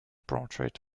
portrait